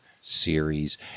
series